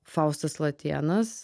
faustas latėnas